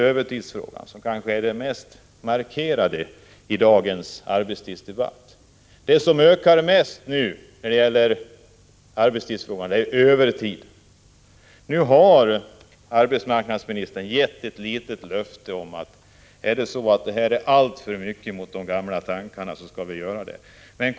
Övertidsfrågan är kanske den mest markerade frågan i dagens arbetstidsdebatt, eftersom det är övertiden som ökar mest. Arbetsmarknadsministern har lovat att bevaka frågan.